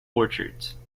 orchards